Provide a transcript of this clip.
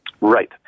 Right